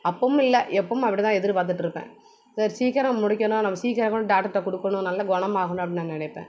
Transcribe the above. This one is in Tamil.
அப்பவும் இல்லை எப்பவும் அப்படி தான் எதிர்பார்த்துட்ருப்பேன் சரி சீக்கிரம் முடிக்கணும் நம்ம சீக்கிரமாக டாக்டர்கிட்ட கொடுக்கணும் நல்லா குணமாகணும் அப்படின்னு நான் நினைப்பேன்